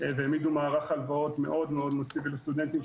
והעמידו מערך הלוואות מאוד מאוד מסיבי לסטודנטים,